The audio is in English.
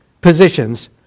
positions